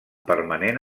permanent